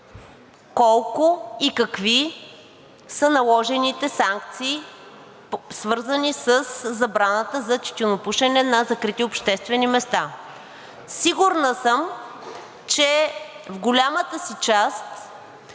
колко и какви са наложените санкции, свързани със забраната за тютюнопушене на закрити обществени места? Сигурна съм, че в голямата си част